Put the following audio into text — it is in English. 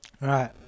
right